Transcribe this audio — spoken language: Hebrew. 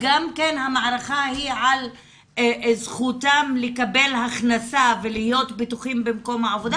שהמערכה היא גם על זכותם לקבל הכנסה ולהיות בטוחים במקום העבודה,